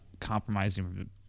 compromising